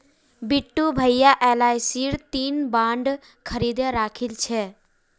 बिट्टू भाया एलआईसीर तीन बॉन्ड खरीदे राखिल छ